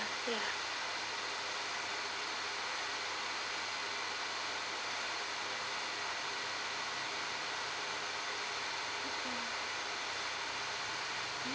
ya